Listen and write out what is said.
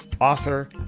author